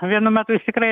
vienu metu jis tikrai